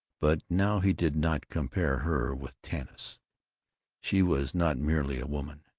but now he did not compare her with tanis she was not merely a woman,